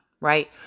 right